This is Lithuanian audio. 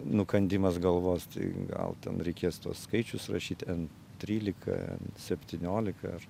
nukandimas galvos tai gal ten reikės tuos skaičius rašyt n trylika septyniolika ar